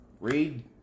read